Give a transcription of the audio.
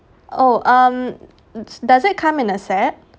oh um is does it come in a set